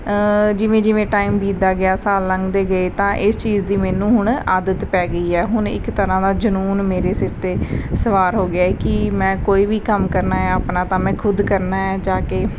ਜਿਵੇਂ ਜਿਵੇਂ ਟਾਈਮ ਬੀਤਦਾ ਗਿਆ ਸਾਲ ਲੰਘਦੇ ਗਏ ਤਾਂ ਇਸ ਚੀਜ਼ ਦੀ ਮੈਨੂੰ ਹੁਣ ਆਦਤ ਪੈ ਗਈ ਹੈ ਹੁਣ ਇੱਕ ਤਰ੍ਹਾਂ ਦਾ ਜਨੂੰਨ ਮੇਰੇ ਸਿਰ 'ਤੇ ਸਵਾਰ ਹੋ ਗਿਆ ਹੈ ਕਿ ਮੈਂ ਕੋਈ ਵੀ ਕੰਮ ਕਰਨਾ ਆ ਆਪਣਾ ਤਾਂ ਮੈਂ ਖੁਦ ਕਰਨਾ ਹੈ ਜਾ ਕੇ